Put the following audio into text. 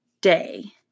day